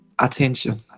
attention